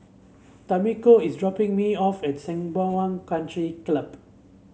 Tamiko is dropping me off at Sembawang Country Club